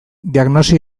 diagnosi